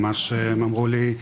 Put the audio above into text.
הם אמרו לי: